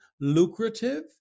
lucrative